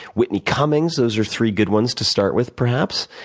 whitney cummings. those are three good ones to start with, perhaps.